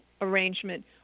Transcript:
arrangement